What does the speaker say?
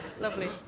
Lovely